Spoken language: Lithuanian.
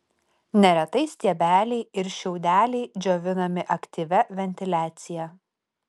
neretai stiebeliai ir šiaudeliai džiovinami aktyvia ventiliacija